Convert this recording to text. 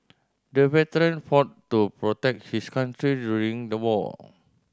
the veteran fought to protect his country during the war